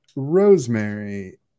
Rosemary